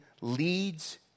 leads